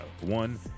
One